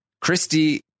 Christy